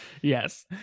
Yes